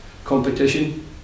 Competition